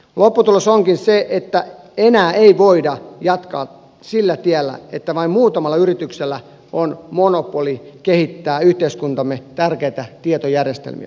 lopputulos onkin se että enää ei voida jatkaa sillä tiellä että vain muutamalla yrityksellä on monopoli kehittää yhteiskuntamme tärkeitä tietojärjestelmiä